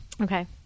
Okay